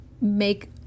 make